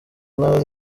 ntara